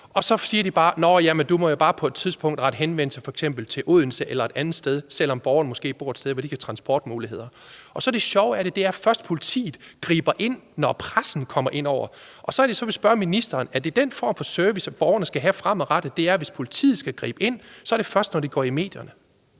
5, at de jo bare på et tidspunkt må rette henvendelse f.eks. til Odense eller et andet sted, selv om borgeren måske bor et sted, hvor de ikke har transportmuligheder. Det sjove af det er, at politiet først griber ind, når pressen kommer ind over, og så er det, at jeg så vil spørge ministeren: Er det den form for service, borgerne skal have fremadrettet, altså, at hvis politiet skal gribe ind, er det først, når borgerne går i medierne?